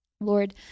Lord